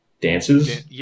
dances